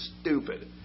stupid